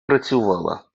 працювала